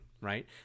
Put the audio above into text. right